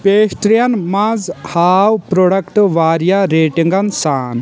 پیسٹِرٛین مَنٛز ہاو پروڈکٹ واریاہ ریٹنگن سان